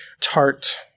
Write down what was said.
tart